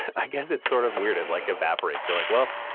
i guess it's sort of weird, it like evaporates, you're like well,